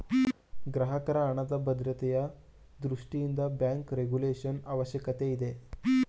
ಗ್ರಾಹಕರ ಹಣದ ಭದ್ರತೆಯ ದೃಷ್ಟಿಯಿಂದ ಬ್ಯಾಂಕ್ ರೆಗುಲೇಶನ್ ಅವಶ್ಯಕತೆ ಇದೆ